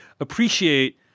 appreciate